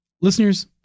Listeners